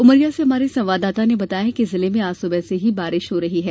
उमरिया से हमारे संवाददाता ने बताया है कि जिले में आज सुबह से ही बारिश हो रही है